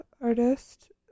artist